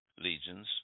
legions